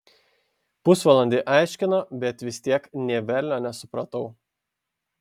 pusvalandį aiškino bet vis tiek nė velnio nesupratau